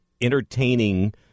entertaining